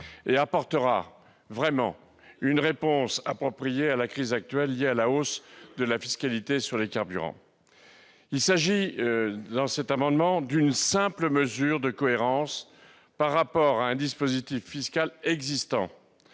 et apportera une réponse appropriée à la crise actuelle liée à la hausse de la fiscalité sur les carburants. Il s'agit d'une simple disposition de cohérence par rapport à un dispositif fiscal existant